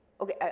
Okay